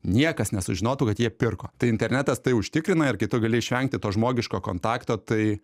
niekas nesužinotų kad jie pirko tai internetas tai užtikrina ir kai tu gali išvengti to žmogiško kontakto tai